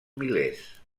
milers